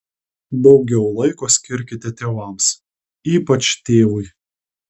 daugiau laiko skirkite tėvams ypač tėvui